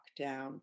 lockdown